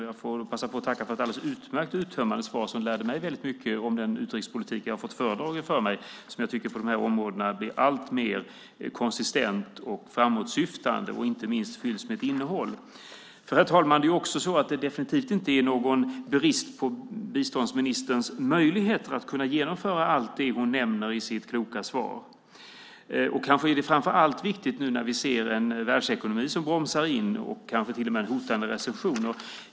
Jag får passa på att tacka för ett alldeles utmärkt uttömmande svar som lärde mig väldigt mycket om den utrikespolitik jag har fått föredragen för mig. Jag tycker att den på de här områdena blir alltmer konsistent och framåtsyftande och inte minst fylls med ett innehåll. Herr talman! Det är definitivt inte heller någon brist på biståndsministerns möjligheter att kunna genomföra allt det hon nämner i sitt kloka svar. Kanske är det framför allt viktigt nu när vi ser en världsekonomi som bromsar in och kanske till och med en hotande recession.